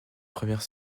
première